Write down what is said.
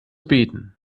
beten